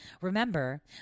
remember